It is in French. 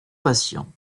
patient